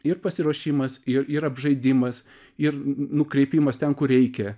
ir pasiruošimas ir ir apžaidimas ir nukreipimas ten kur reikia